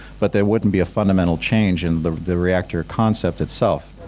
but there wouldn't be a fundamental change in the the reactor concept itself.